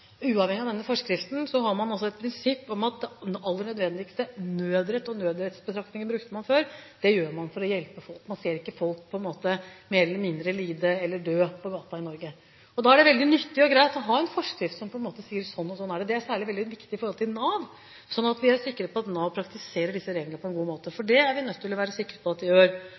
har et prinsipp om at det aller viktigste – «nødrett» og «nødrettsbetraktninger» brukte man før – gjør man for å hjelpe folk. Man ser på en måte ikke folk mer eller mindre lide eller dø på gaten i Norge. Da er det veldig nyttig og greit å ha en forskrift som sier at sånn og sånn er det. Det er særlig viktig i forhold til Nav, slik at vi er sikre på at Nav praktiserer disse reglene på en god måte – for det er vi nødt til å være sikre på at de gjør.